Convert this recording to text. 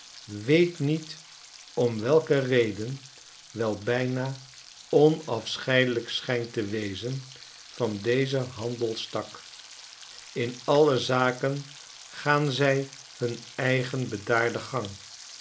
weet niet om welke reden wel bijna onafscheidelijk schijnt te wezen van dezen handelstak in alle zaken gaan zij hun eigen bedaarden gang